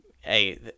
Hey